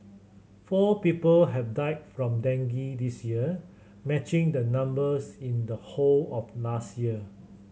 four people have died from dengue this year matching the numbers in the whole of last year